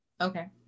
Okay